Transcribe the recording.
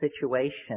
situation